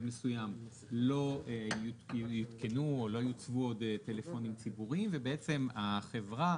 מסויים לא יותקנו או לא יוצבו עוד טלפונים ציבוריים ובעצם החברה